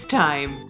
time